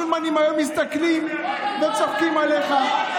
השולמנים היום מסתכלים וצוחקים עליך,